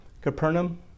Capernaum